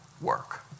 work